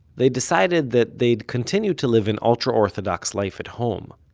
they decided that they'd continue to live an ultra-orthodox life at home,